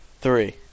three